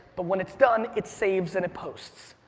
but when it's done, it saves and it posts.